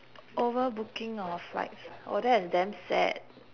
over booking of flights oh that's damn sad